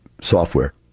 software